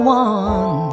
one